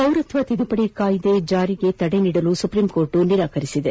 ಪೌರತ್ನ ತಿದ್ಗುಪದಿ ಕಾಯ್ಲೆ ಸಿಎಎ ಜಾರಿಗೆ ತಡೆ ನೀಡಲು ಸುಪ್ರೀಂಕೋರ್ಟ್ ನಿರಾಕರಿಸಿದೆ